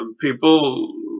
people